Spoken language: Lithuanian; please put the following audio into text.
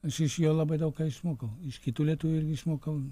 aš iš jo labai daug ką išmokau iš kitų lietuvių išmokau